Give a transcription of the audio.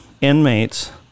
inmates